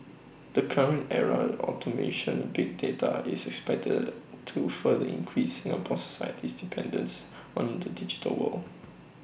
the current era automation big data is expected to further increase Singapore society's dependence on the digital world